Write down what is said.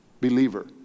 believer